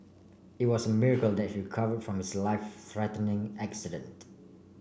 it was a miracle that he recovered from his life threatening accident